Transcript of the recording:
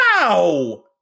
Wow